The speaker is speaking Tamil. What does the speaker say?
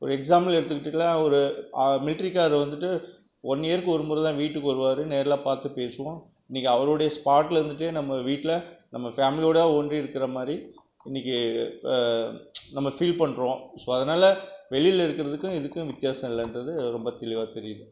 ஒரு எக்ஸாம்புள் எடுத்துக்கிட்டிங்கனா ஒரு மில்ட்ரிக்கார் வந்துட்டு ஒன் இயருக்கு ஒருமுறைதான் வீட்டுக்கு வருவார் நேரில் பார்த்துப் பேசுவோம் இன்றைக்கி அவருடைய ஸ்பாட்டில் இருந்துகிட்டே நம்ம வீட்டில் நம்ம ஃபேமிலியோட ஒன்றி இருக்கிற மாதிரி நம்ம ஃபீல் பண்ணுறோம் ஸோ அதனால் வெளியில் இருக்கிறதுக்கும் இதுக்கும் வித்தியாசம் இல்லைன்றது ரொம்பத் தெளிவாக தெரியுது